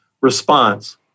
response